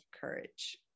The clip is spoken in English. courage